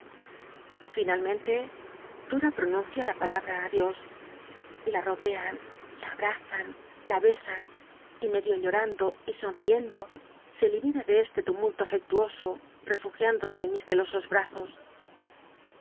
finalmente dom pronuncia la palabra adios la rodean la abra an la besan y medio llorando y somicndo se libl'a de este tumulto afectuoso rcfugiündosc en mis celosos bra